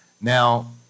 Now